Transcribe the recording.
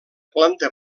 planta